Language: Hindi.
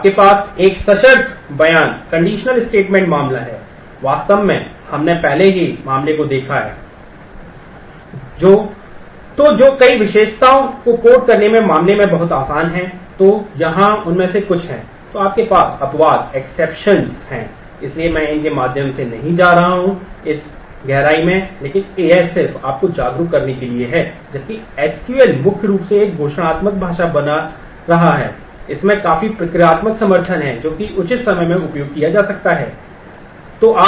आपके पास एक सशर्त बयान मुख्य रूप से एक घोषणात्मक भाषा बना रहा है इसमें काफी प्रक्रियात्मक समर्थन है जो कि उचित समय में उपयोग किया जा सकता है की आवश्यकता है